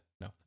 No